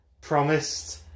promised